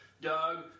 Doug